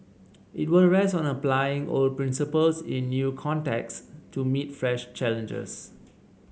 it will rest on applying old principles in new contexts to meet fresh challenges